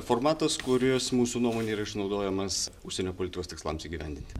formatas kuris mūsų nuomone yra išnaudojamas užsienio politikos tikslams įgyvendinti